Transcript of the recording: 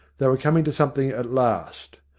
they were coming to something at last.